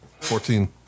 Fourteen